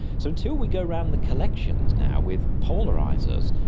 so until we go around the collections now with polarisers,